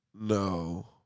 No